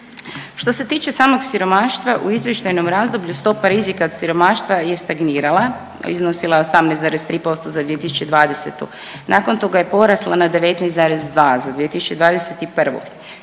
Što se tiče samog siromaštva u izvještajnom razdoblju stopa rizika od siromaštva je stagnirala, iznosila je 18,3% za 2020. Nakon toga je porasla na 19,2 za 2021.